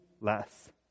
less